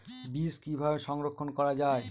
বীজ কিভাবে সংরক্ষণ করা যায়?